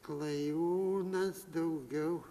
klajūnas daugiau